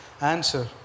answer